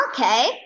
Okay